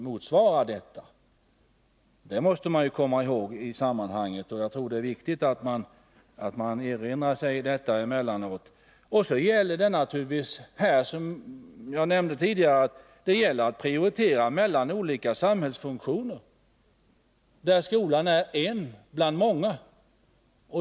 Man måste komma ihåg det och jag tror det är viktigt att man erinrar sig detta emellanåt. Som jag nämnde tidigare gäller det att prioritera mellan olika samhällsfunktioner, där skolan är en bland många.